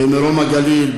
במרום-הגליל,